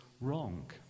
wrong